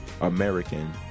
American